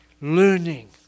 Learning